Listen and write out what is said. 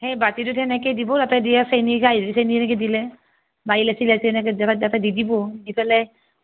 সেই বাতিটোত সেনেকে দিব সেনেকে দি আৰ চেনি সেনেকে দিলে পাৰিলে দিব দি ফেলে